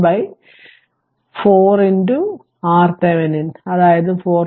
9 2 4 RThevenin അതായത് 4